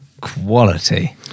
quality